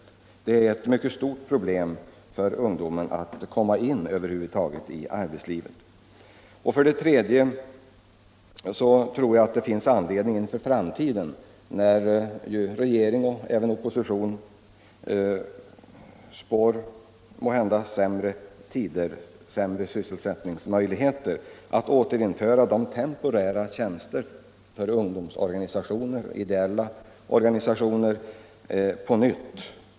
— Det är ett mycket stort problem för ungdomen att över huvud taget komma in i arbetslivet. För det tredje tror jag det finns anledning för framtiden, när regeringen och även oppositionen spår sämre tider och sämre sysselsättningsmöjligheter, att återinföra temporära tjänster för ideella organisationer och ungdomsorganisationer.